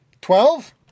Twelve